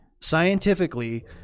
scientifically